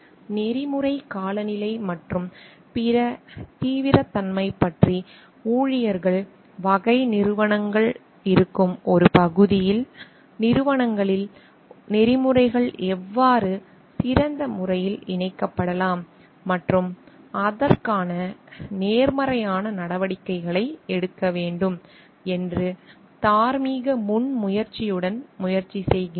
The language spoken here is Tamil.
நெறிமுறை காலநிலை மற்றும் பிற தீவிரத்தன்மை பற்றி ஊழியர்கள் வகை நிறுவனங்கள் இருக்கும் ஒரு பகுதியில் நிறுவனங்களில் நெறிமுறைகள் எவ்வாறு சிறந்த முறையில் இணைக்கப்படலாம் மற்றும் அதற்கான நேர்மறையான நடவடிக்கைகளை எடுக்க வேண்டும் என்று தார்மீக முன்முயற்சியுடன் முயற்சி செய்கின்றன